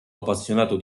appassionato